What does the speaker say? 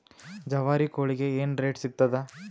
ಜವಾರಿ ಕೋಳಿಗಿ ಏನ್ ರೇಟ್ ಸಿಗ್ತದ?